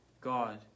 God